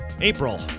april